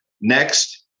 Next